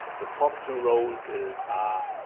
the top two rows is